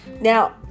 Now